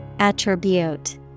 Attribute